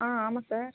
ஆ ஆமாம் சார்